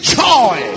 joy